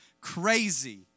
crazy